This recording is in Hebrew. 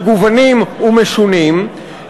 מגוונים ומשונים,